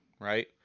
right